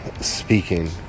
speaking